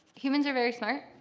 humans are very smart.